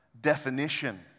definition